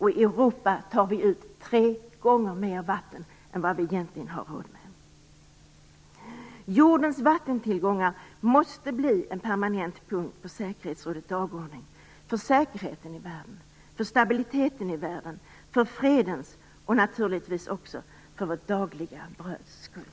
I Europa tar vi ut tre gånger mer vatten än vad vi egentligen har råd med. Jordens vattentillgångar måste bli en permanent punkt på säkerhetsrådets dagordning för säkerheten och stabiliteten i världen, för fredens och naturligtvis också för vårt dagliga bröds skull.